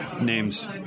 names